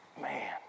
Man